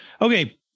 Okay